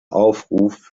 aufruf